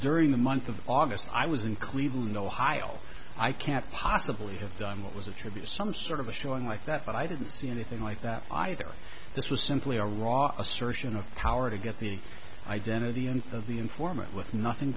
during the month of august i was in cleveland ohio i can't possibly have done what was attributed some sort of a showing like that but i didn't see anything like that either this was simply a raw assertion of power to get the identity end of the informant with nothing